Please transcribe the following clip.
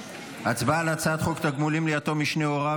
הצבעה על הצעת חוק תגמולים ליתום משני הוריו